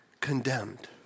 condemned